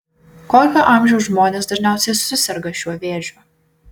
kokio amžiaus žmonės dažniausiai suserga šiuo vėžiu